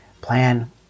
Plan